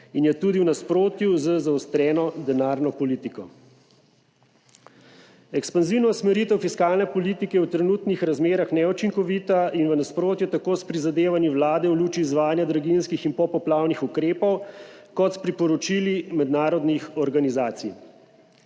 in je tudi v nasprotju z zaostreno denarno politiko. Ekspanzivna usmeritev fiskalne politike je v trenutnih razmerah neučinkovita in v nasprotju tako s prizadevanji vlade v luči izvajanja draginjskih in popoplavnih ukrepov kot s priporočili mednarodnih organizacij.